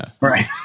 Right